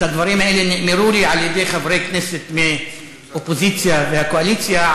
הדברים האלה נאמרו לי על-ידי חברי כנסת מהאופוזיציה והקואליציה,